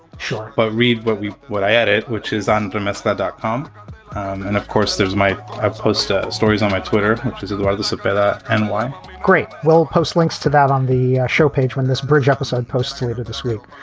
sure. but read what we what i edit, which is unfamous that dot com. and of course, there's my post ah stories on my twitter, which is otherwise the submitter and. great well, post links to that on the show page when this bridge episode posted to to this group.